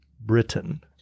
Britain